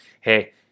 hey